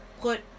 put